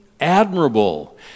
admirable